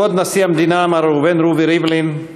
כבוד נשיא המדינה מר ראובן רובי ריבלין,